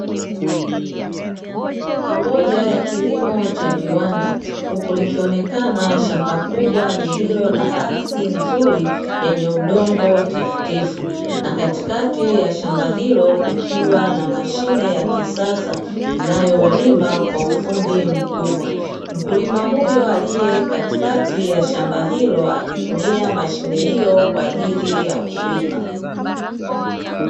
Ni moja ya kilimo cha viwanda, huku likionekana shamba kuwa lililo na ardhi nzuri yenye udongo tifutifu. Na katikati ya shamba hilo kukiwa na mashine ya kisasa inayolima kwa ufundi mkubwa. Mkulima huyo aliye katikati ya shamba hilo akitumia mashine hiyo kwa ajili ya kulima.